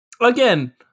Again